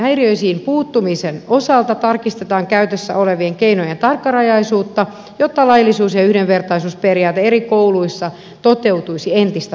häiriöihin puuttumisen osalta tarkistetaan käytössä olevien keinojen tarkkarajaisuutta jotta laillisuus ja yhdenvertaisuusperiaate eri kouluissa toteutuisi entistä paremmin